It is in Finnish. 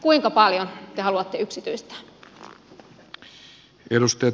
kuinka paljon te haluatte yksityistää